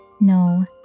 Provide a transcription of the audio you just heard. No